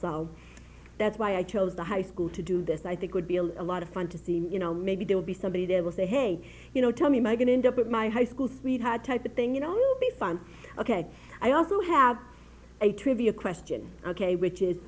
though that's why i chose the high school to do this i think would be a lot of fun to see you know maybe they'll be somebody they will say hey you know tell me my going to end up at my high school sweetheart type of thing you know the fun ok i also have a trivia question ok which is